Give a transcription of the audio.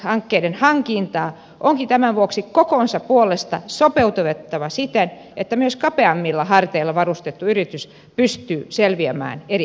rakennushankkeiden hankintaa onkin tämän vuoksi kokonsa puolesta sopeutettava siten että myös kapeammilla harteilla varustettu yritys pystyy selviämään eri hankkeista